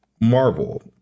Marvel